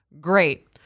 Great